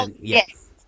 Yes